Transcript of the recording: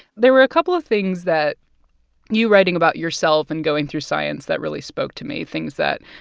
there were a couple of things that you writing about yourself and going through science that really spoke to me, things that,